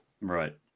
Right